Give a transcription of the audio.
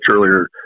earlier